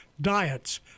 diets